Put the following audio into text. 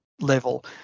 level